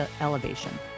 elevation